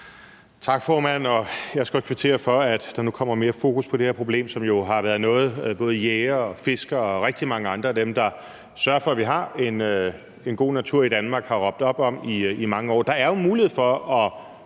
Tak, formand, og jeg vil også godt kvittere for, at der nu kommer mere fokus på det her problem, som jo har været noget, både jægere og fiskere og rigtig mange andre af dem, der sørger for, at vi har en god natur i Danmark, har råbt op om i mange år. Der er jo mulighed for at